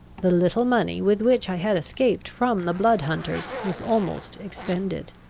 the little money with which i had escaped from the blood-hunters was almost expended.